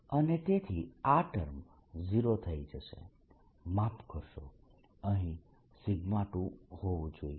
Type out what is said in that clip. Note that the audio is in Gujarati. અને તેથી આ ટર્મ 0 થઇ જશે માફ કરશો અહીં 2 હોવું જોઈએ